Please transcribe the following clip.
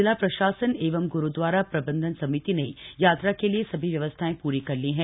जिला प्रशासन एवं ग्रूदवारा प्रबंधन समिति ने यात्रा के लिए सभी व्यवस्थाएं पूरी कर ली है